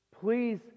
Please